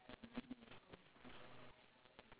ya then you underestimate the time it takes right